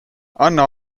anna